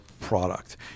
product